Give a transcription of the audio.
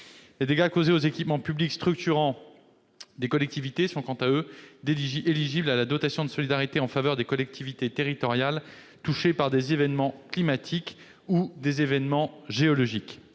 Les dégâts causés aux équipements publics structurants des collectivités sont quant à eux éligibles à la dotation de solidarité en faveur de l'équipement des collectivités territoriales et de leurs groupements touchés par des événements climatiques ou des événements géologiques.